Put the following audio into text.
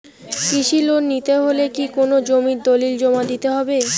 কৃষি লোন নিতে হলে কি কোনো জমির দলিল জমা দিতে হবে?